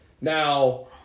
Now